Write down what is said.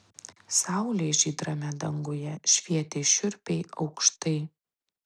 saulė žydrame danguje švietė šiurpiai aukštai